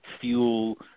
fuel